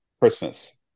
Christmas